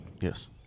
Yes